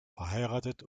verheiratet